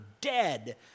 dead